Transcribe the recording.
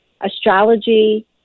astrology